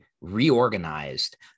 reorganized